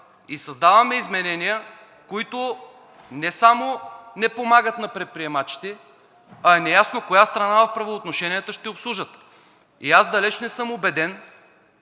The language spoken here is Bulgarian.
и създаваме изменения, които не само не помагат на предприемачите, а е неясно коя страна в правоотношенията ще обслужат. Далеч не съм убеден,